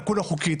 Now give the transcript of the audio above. לקונה חוקית".